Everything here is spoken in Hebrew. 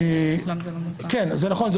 זה נכון,